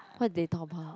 what they talk about